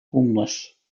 homeless